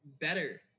better